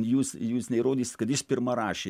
jūs jūs neįrodysit kad jis pirma rašė